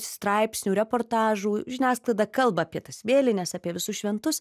straipsnių reportažų žiniasklaida kalba apie tas vėlines apie visus šventus